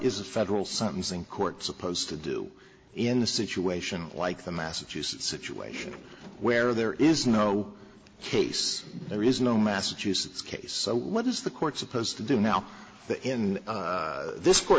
the federal sentencing court supposed to do in a situation like the massachusetts situation where there is no case there is no massachusetts case so what is the court's supposed to do now in this